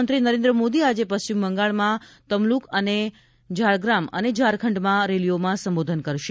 પ્રધાનમંત્રી નરેન્દ્ર મોદી આજે પશ્ચિમ બંગાળમાં તમલુક તથા ઝારગ્રામ અને ઝારખંડમાં રેલીઓમાં સંબોધન કરશે